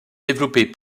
développée